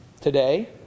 today